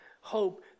hope